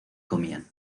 comían